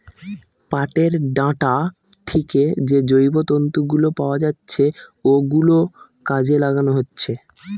পাটের ডাঁটা থিকে যে জৈব তন্তু গুলো পাওয়া যাচ্ছে ওগুলো কাজে লাগানো হচ্ছে